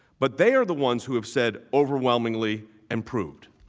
but they're the ones who've said overwhelmingly improved